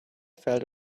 felt